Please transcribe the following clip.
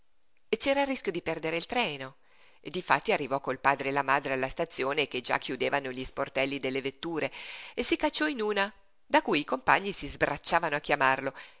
precipizio c'era il rischio di perdere il treno difatti arrivò col padre e la madre alla stazione che già chiudevano gli sportelli delle vetture si cacciò in una da cui i compagni si sbracciavano a chiamarlo